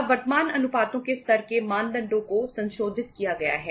अब वर्तमान अनुपातों के स्तर के मानदंडों को संशोधित किया गया है